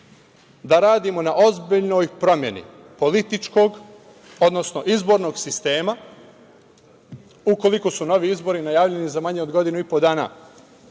da radimo na ozbiljnoj promeni političkog, odnosno izbornog sistema, ukoliko su novi izbori najavljeni za manje od godinu i po dana.